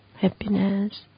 happiness